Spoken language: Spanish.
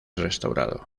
restaurado